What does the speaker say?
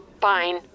Fine